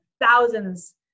thousands